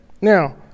now